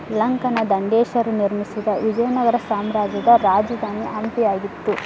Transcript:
ಲಂಕನ ದಂಡೇಶ್ವರ ನಿರ್ಮಿಸಿದ ವಿಜಯನಗರ ಸಾಮ್ರಾಜ್ಯದ ರಾಜಧಾನಿ ಹಂಪಿ ಆಗಿತ್ತು